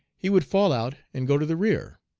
he would fall out and go to the rear.